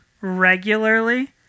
regularly